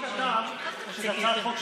כתב שזאת הצעת חוק שלך.